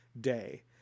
day